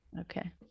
Okay